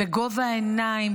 בגובה העיניים,